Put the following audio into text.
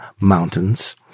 mountains